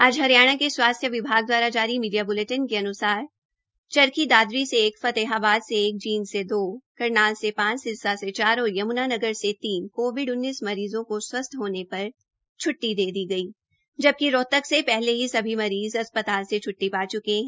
आज हरियाणा के स्वास्थ्य विभाग द्वारा जारी मीडिया बुलेटिन के अनुसार चरखी दादरी से एक फतेहाबाद से एक जींद से दो करनाल से पांच सिरसा से चार और यमुनानगर से तीन मरीज़ों को स्वस्थ होने पर कल छ्ट्टी दे दी गई पहले ही सभी मरीज़ अस्पताल से छ्ट्टी पा चुके है